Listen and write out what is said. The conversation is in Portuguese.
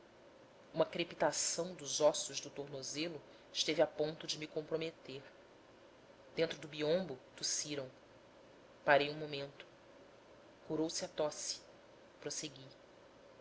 uma crepitação dos ossos do tornozelo esteve a ponto de me comprometer dentro do biombo tossiram parei um momento curou se a tosse prossegui